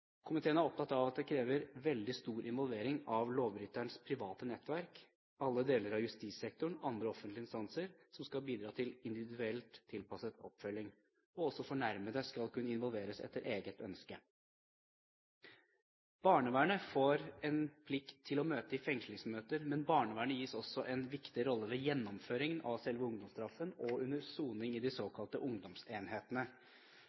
Komiteen er opptatt av at det krever veldig stor involvering av lovbryterens private nettverk og alle deler av justissektoren og andre offentlige instanser for å bidra til individuelt tilpasset oppfølging. Også fornærmede skal kunne involveres, etter eget ønske. Barnevernet får en plikt til å møte i fengslingsmøter, men barnevernet gis også en viktig rolle ved gjennomføringen av selve ungdomsstraffen og under soning i de